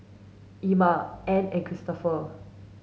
Emma Ann and Cristopher